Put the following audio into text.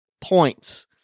points